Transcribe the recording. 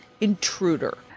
intruder